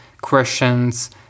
questions